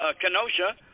Kenosha